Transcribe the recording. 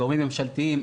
גורמים ממשלתיים,